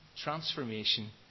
transformation